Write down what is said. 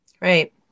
Right